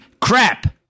crap